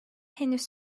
henüz